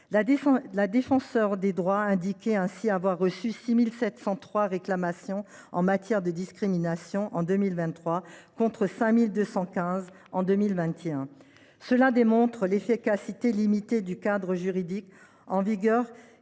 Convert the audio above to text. La Défenseure des droits indiquait ainsi avoir reçu 6 703 réclamations liées à des discriminations en 2023, contre 5 215 en 2021. Ces données démontrent l’efficacité limitée du cadre juridique en vigueur,